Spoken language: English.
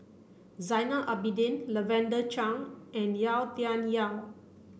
Zainal Abidin Lavender Chang and Yau Tian Yau